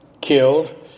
killed